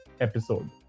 episode